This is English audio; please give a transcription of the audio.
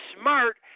smart